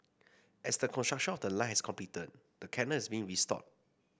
as the construction of the line has completed the canal is being restored